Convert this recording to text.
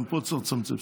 גם פה צריך לצמצם.